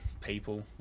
people